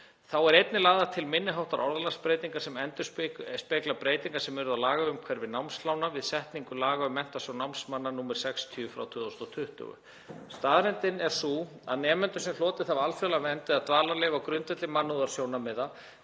Þá eru einnig lagðar til minni háttar orðalagsbreytingar sem endurspegla breytingar sem urðu á lagaumhverfi námslána við setningu laga um Menntasjóð námsmanna, nr. 60/2020. Staðreyndin er sú að nemendum sem hlotið hafa alþjóðlega vernd eða dvalarleyfi á grundvelli mannúðarsjónarmiða